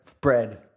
Bread